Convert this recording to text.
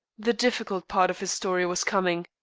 the difficult part of his story was coming.